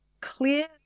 clear